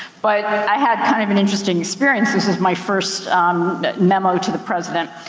but i had kind of an interesting experience. this was my first memo to the president.